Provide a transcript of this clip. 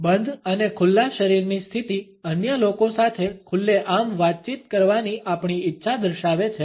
બંધ અને ખુલ્લા શરીરની સ્થિતિ અન્ય લોકો સાથે ખુલ્લેઆમ વાતચીત કરવાની આપણી ઇચ્છા દર્શાવે છે